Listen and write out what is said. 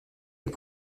est